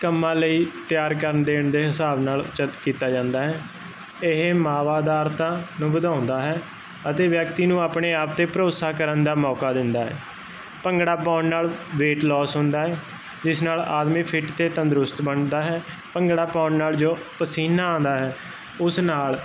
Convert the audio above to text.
ਕੰਮਾਂ ਲਈ ਤਿਆਰ ਕਰਨ ਦੇਣ ਦੇ ਹਿਸਾਬ ਨਾਲ ਕੀਤਾ ਜਾਂਦਾ ਹੈ ਇਹ ਮਾਵਾਦਾਰਤਾ ਨੂੰ ਵਧਾਉਂਦਾ ਹੈ ਅਤੇ ਵਿਅਕਤੀ ਨੂੰ ਆਪਣੇ ਆਪ ਤੇ ਭਰੋਸਾ ਕਰਨ ਦਾ ਮੌਕਾ ਦਿੰਦਾ ਭੰਗੜਾ ਪਾਉਣ ਨਾਲ ਵੇਟ ਲੋਸ ਹੁੰਦਾ ਜਿਸ ਨਾਲ ਆਦਮੀ ਫਿਟ ਤੇ ਤੰਦਰੁਸਤ ਬਣਦਾ ਹੈ ਭੰਗੜਾ ਪਾਉਣ ਨਾਲ ਜੋ ਪਸੀਨਾ ਆਉਂਦਾ ਹੈ ਉਸ ਨਾਲ